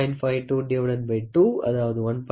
522 அதாவது 1